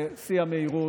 בשיא המהירות.